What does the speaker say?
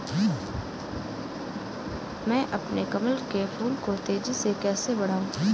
मैं अपने कमल के फूल को तेजी से कैसे बढाऊं?